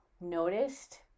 noticed